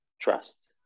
trust